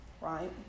right